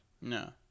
No